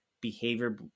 behavior